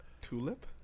Tulip